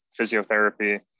physiotherapy